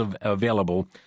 available